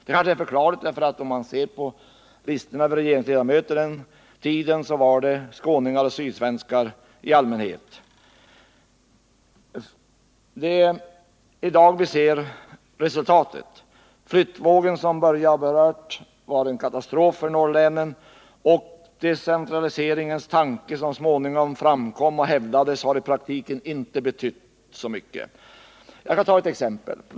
Det kanske är förklarligt, för om man ser på listan över regeringsledamöter under den tiden finner man att det var skåningar och sydsvenskar i allmänhet. Det är i dag vi ser resultatet. Flyttvågen, som Börje Hörnlund har berört, var en katastrof för norrlänen, och decentraliseringens tanke som så småningom framkom och hävdades har i praktiken inte betytt så mycket. Jag kan ta ett exempel.